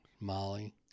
Molly